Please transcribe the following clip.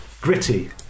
Gritty